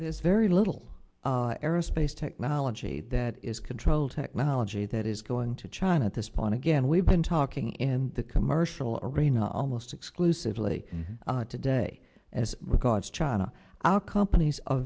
this very little aerospace technology that is control technology that is going to china at this point again we've been talking in the commercial arena almost exclusively today as regards china our companies a